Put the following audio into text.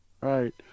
Right